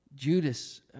Judas